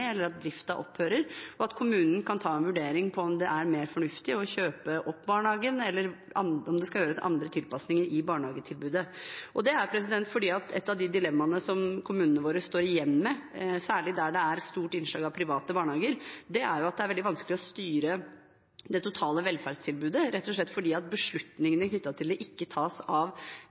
kjøpe opp barnehagen, eller om det skal gjøres andre tilpasninger i barnehagetilbudet. Et av dilemmaene som kommunene våre står igjen med – særlig der det er et stort innslag av private barnehager – er at det er veldig vanskelig å styre det totale velferdstilbudet rett og slett fordi beslutningene knyttet til det ikke tas av